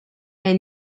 and